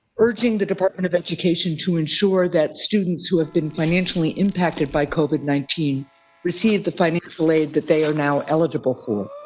urging the department of education to ensure that students who have been financially impacted by covid nineteen receive the financial aid that they are now eligible for.